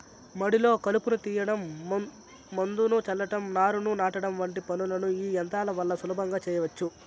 మడిలో కలుపును తీయడం, మందును చల్లటం, నారును నాటడం వంటి పనులను ఈ యంత్రాల వల్ల సులభంగా చేయచ్చు